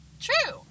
True